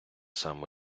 сам